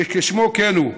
שכשמו כן הוא,